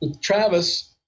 travis